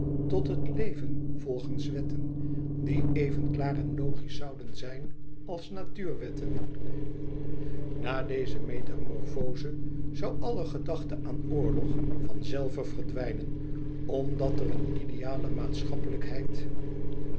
tot het leven volgens wetten die even klaar en logisch zouden zijn als natuurwetten na deze metamorfoze zoû alle gedachte aan oorlog van zelve verdwijnen omdat er een ideale maatschappelijkheid